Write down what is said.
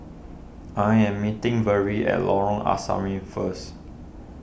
I am meeting Verl at Lorong Asrama first